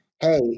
hey